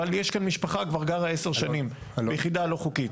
אבל יש כאן משפחה כבר גרה 10 שנים ביחידה לא חוקית.